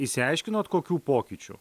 išsiaiškinot kokių pokyčių